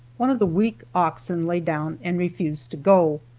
one of the weak oxen lay down and refused to go.